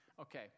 Okay